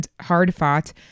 hard-fought